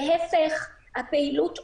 להיפך, הפעילות עובדת.